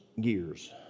gears